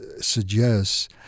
suggests